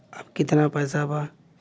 अब कितना पैसा बा?